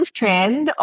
trend